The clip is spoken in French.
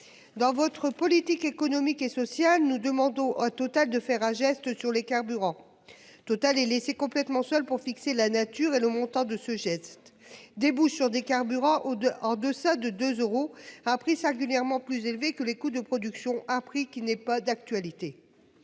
Dans votre politique économique et sociale nous demande au total de faire un geste sur les carburants. Total et laissé complètement seul pour fixer la nature et le montant de ce geste debout sur des carburants ou de en deçà de 2 euros a appris ça régulièrement plus élevés que les coûts de production, appris qu'il n'est pas d'actualité.